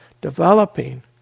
developing